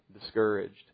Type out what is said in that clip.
discouraged